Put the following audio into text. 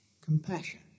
compassion